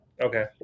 okay